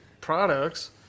products